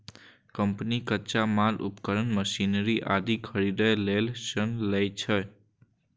company कच्चा माल, उपकरण, मशीनरी आदि खरीदै लेल ऋण लै छै